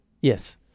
Yes